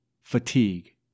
fatigue